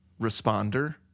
responder